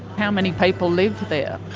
how many people live there?